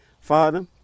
Father